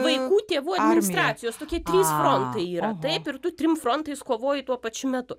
vaikų tėvų administracijos tokie trys frontai yra taip ir tu trim frontais kovoji tuo pačiu metu